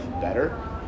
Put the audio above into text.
better